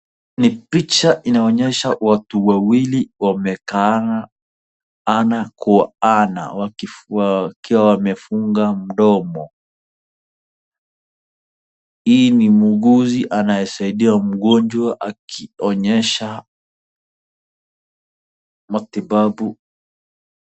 Ni picha inaonyesha watu wawili wamekaa ana kwa ana wafwa wakiwa wamefunga mdomo. Hii ni muuguzi anayesaidia mgonjwa akionyesha matibabu.